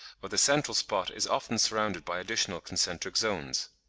but the central spot is often surrounded by additional concentric zones.